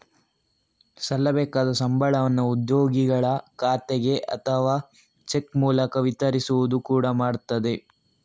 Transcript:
ಸಲ್ಲಬೇಕಾದ ಸಂಬಳವನ್ನ ಉದ್ಯೋಗಿಗಳ ಖಾತೆಗೆ ಅಥವಾ ಚೆಕ್ ಮೂಲಕ ವಿತರಿಸುವುದು ಕೂಡಾ ಮಾಡ್ತದೆ